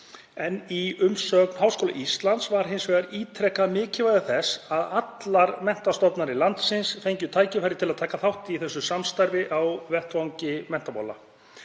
en í umsögn Háskóla Íslands var hins vegar ítrekað mikilvægi þess að allar menntastofnanir landsins fengju tækifæri til að taka þátt í þessu samstarfi á vettvangi menntamála.